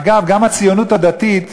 אגב, גם הציונות הדתית,